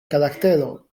karaktero